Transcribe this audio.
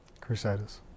Crusaders